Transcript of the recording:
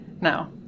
Now